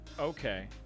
okay